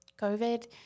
COVID